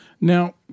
Now